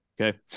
okay